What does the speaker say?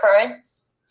occurrence